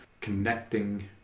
connecting